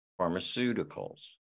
pharmaceuticals